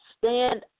Stand